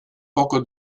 poco